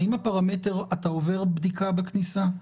האם הפרמטר הוא שאתה עובר בדיקה בכניסה,